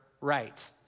right